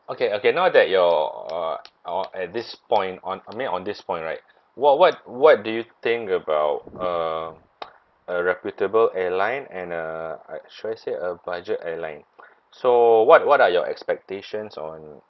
okay okay now that you are uh at this point on I mean on this point right what what what do you think about uh a reputable airline and uh I should I say a budget airline so what what are your expectations on